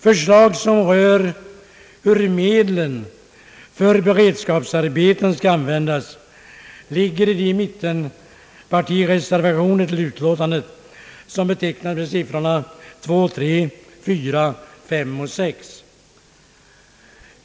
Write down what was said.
Förslag som rör hur medlen för beredskapsarbeten skall användas ges i mittenpartireservationerna 2, 3, 4, 5 och 6.